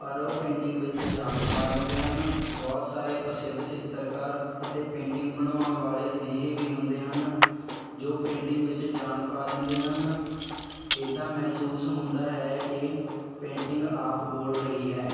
ਪਰ ਉਹ ਪੇਂਟਿੰਗ ਵਿੱਚ ਜਾਨ ਪਾ ਦਿੰਦੇ ਹਨ ਬਹੁਤ ਸਾਰੇ ਪ੍ਰਸਿੱਧ ਚਿੱਤਰਕਾਰ ਅਤੇ ਪੇਂਟਿੰਗ ਬਣਾਉਣ ਵਾਲੇ ਅਜਿਹੇ ਵੀ ਹੁੰਦੇ ਹਨ ਜੋ ਪੇਂਟਿੰਗ ਵਿੱਚ ਜਾਨ ਪਾ ਦਿੰਦੇ ਹਨ ਇੱਦਾਂ ਮਹਿਸੂਸ ਹੁੰਦਾ ਹੈ ਕਿ ਪੇਂਟਿੰਗ ਆਪ ਬੋਲ ਰਹੀ ਹੈ